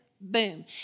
Boom